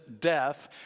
death